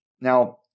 Now